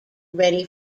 ready